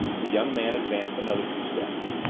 the young man advanced another two steps.